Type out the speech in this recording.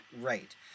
right